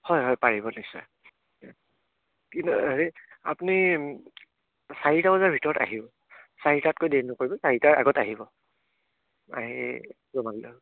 হয় হয় পাৰিব নিশ্চয় কিন্তু হেৰি আপুনি চাৰিটা বজাৰ ভিতৰত আহিব চাৰিটাতকৈ দেৰি নকৰিব চাৰিটাৰ আগত আহিব আহি জমা দিলেই হ'ল